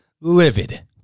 livid